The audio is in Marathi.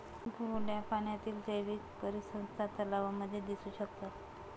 गोड्या पाण्यातील जैवीक परिसंस्था तलावांमध्ये दिसू शकतात